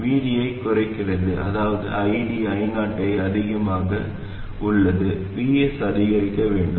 VD ஐக் குறைக்கிறது அதாவது ID I0 விட அதிகமாக உள்ளது மற்றும் Vs அதிகரிக்க வேண்டும்